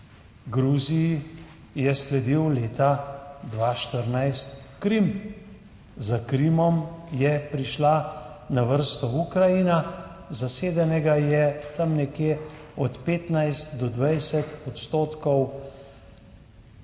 Gruziji je sledil leta 2014 Krim, za Krimom je prišla na vrsto Ukrajina, zasedenega je tam nekje od 15 do 20 % teritorija